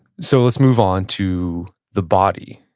so, let's move on to the body.